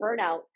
burnout